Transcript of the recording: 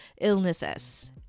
illnesses